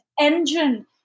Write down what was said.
engine